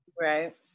Right